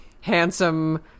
handsome